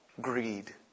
greed